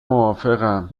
موافقم